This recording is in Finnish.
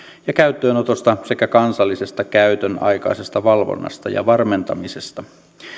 ja käyttöönotosta sekä kansallisesta käytönaikaisesta valvonnasta ja varmentamisesta